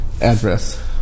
address